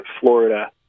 Florida